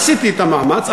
עשיתי את המאמץ,